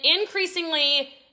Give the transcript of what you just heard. increasingly